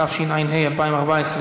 אין מתנגדים,